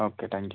okay thank you